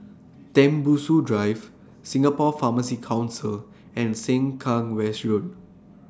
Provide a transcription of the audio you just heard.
Tembusu Drive Singapore Pharmacy Council and Sengkang West Road